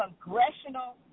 Congressional